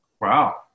Wow